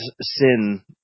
Sin